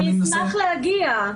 אני אשמח להגיע.